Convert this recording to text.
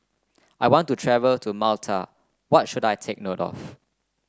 I want to travel to Malta what should I take note of